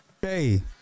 Hey